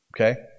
Okay